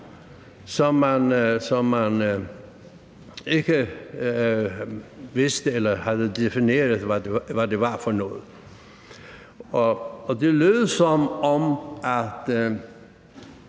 som man ikke vidste eller havde defineret hvad var for noget. Og det lød som om, at